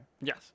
Yes